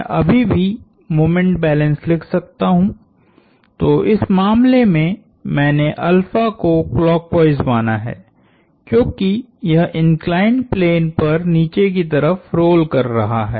मैं अभी भी मोमेंट बैलेंस लिख सकता हूं तो इस मामले में मैंनेको क्लॉकवाइस माना है क्योंकि यह इंक्लाइंड प्लेन पर निचे की तरफ रोल कर रहा है